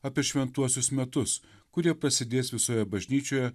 apie šventuosius metus kurie prasidės visoje bažnyčioje